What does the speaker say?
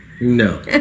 No